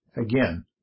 again